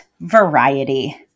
variety